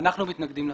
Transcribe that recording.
אנחנו מתנגדים לסעיף.